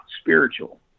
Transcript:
spiritual